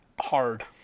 hard